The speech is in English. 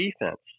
defense